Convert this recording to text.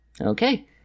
Okay